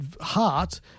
heart